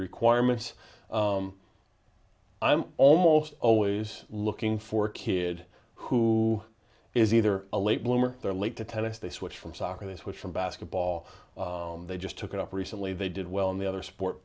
requirements i'm almost always looking for kid who is either a late bloomer they're late to tennis they switch from soccer they switch from basketball they just took up recently they did well in the other sport